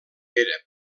era